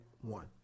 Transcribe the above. One